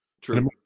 True